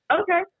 Okay